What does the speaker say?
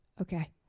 Okay